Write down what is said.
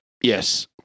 Yes